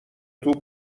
توپ